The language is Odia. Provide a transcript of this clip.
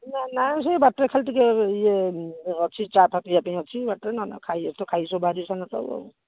ନା ନା ସେ ବାଟରେ ଖାଲି ଟିକିଏ ସେ ଇଏ ଅଛି ଚାଫା ପିଇବା ପାଇଁ ଅଛି ବାଟରେ ନହେନେ ଆଉ ଖାଇ ଏଠୁ ଖାଇକି ସବୁ ବାହାରିବେ ସାଢ଼େ ନଅଟା ବେଳୁ